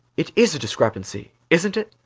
it is a discrepancy, isn't it?